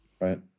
Right